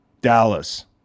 Dallas